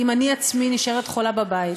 אם אני עצמי נשארת חולה בבית,